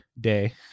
day